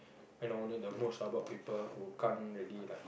you know only the most troubled people who can't really like